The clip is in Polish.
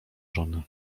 żony